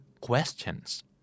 questions